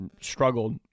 struggled